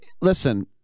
listen